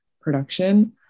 production